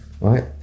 right